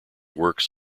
works